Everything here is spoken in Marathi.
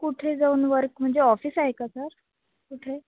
कुठे जाऊन वर्क म्हणजे ऑफिस आहे का सर कुठे